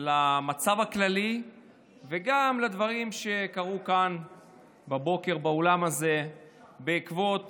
למצב הכללי וגם לדברים שקרו כאן בבוקר באולם הזה בעקבות